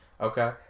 Okay